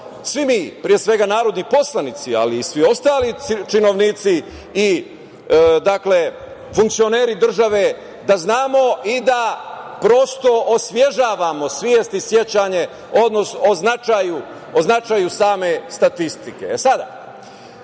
svi mi, pre svega narodni poslanici, ali i svi ostali činovnici i funkcioneri države da znamo i da prosto osvežavamo svest i sećanje o značaju same statistike. Što se